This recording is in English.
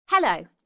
Hello